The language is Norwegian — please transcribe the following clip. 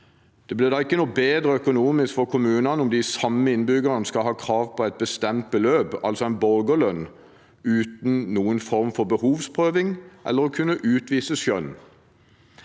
Det blir ikke noe bedre økonomisk for kommunene om de samme innbyggerne skal ha krav på et bestemt beløp, altså en borgerlønn, uten noen form for behovsprøving eller uten å kunne utvise skjønn.